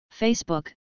Facebook